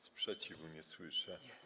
Sprzeciwu nie słyszę.